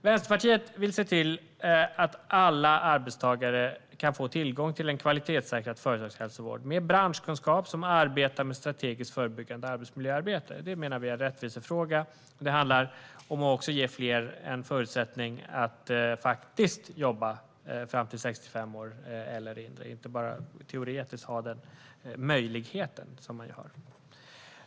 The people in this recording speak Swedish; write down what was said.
Vänsterpartiet vill se till att alla arbetstagare kan få tillgång till en kvalitetssäkrad företagshälsovård med branschkunskap som arbetar med strategiskt förebyggande arbetsmiljöarbete. Det menar vi är en rättvisefråga. Det handlar också om att ge fler en förutsättning att jobba fram till 65 år eller längre och inte bara teoretiskt ha den möjligheten.